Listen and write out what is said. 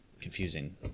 confusing